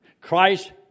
Christ